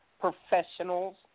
professionals